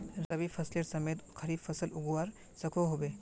रवि फसलेर समयेत खरीफ फसल उगवार सकोहो होबे?